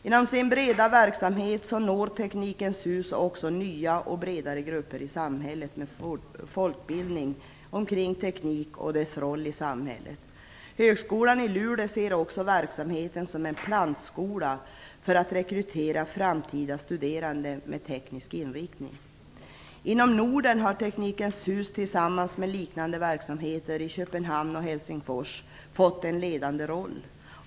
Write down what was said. Genom sin breda verksamhet når Teknikens hus också nya och bredare grupper i samhället med folkbildning omkring teknik och dess roll i samhället. Högskolan i Luleå ser också verksamheten som en plantskola för att rekrytera framtida studerande med teknisk inriktning. Inom Norden har Teknikens hus tillsammans med liknande verksamheter i Köpenhamn och Helsingfors fått en ledande roll.